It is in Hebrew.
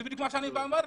זה בדיוק מה שאני אומר.